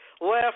left